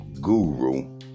guru